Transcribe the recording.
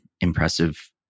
impressive